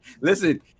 listen